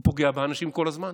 הוא פוגע באנשים כל הזמן.